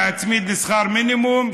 להצמיד לשכר מינימום,